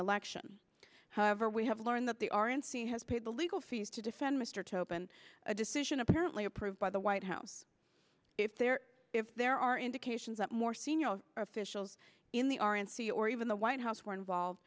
election however we have learned that the r n c has paid the legal fees to defend mr to open a decision apparently approved by the white house if there if there are indications that more senior officials in the aryan see or even the white house were involved